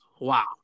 wow